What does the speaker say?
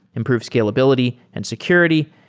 improve scalability and security,